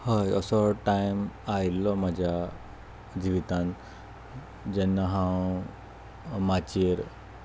हय असो टायम आयिल्लो म्हज्या जिवितान जेन्ना हांव माचयेर